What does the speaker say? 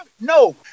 No